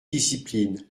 discipline